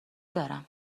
دارم